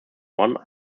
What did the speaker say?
one